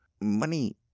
money